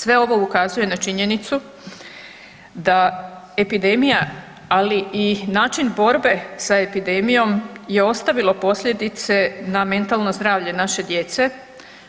Sve ovo ukazuje na činjenicu da epidemija, ali i način borbe sa epidemijom je ostavilo posljedice na mentalno zdravlje naše djece,